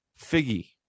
Figgy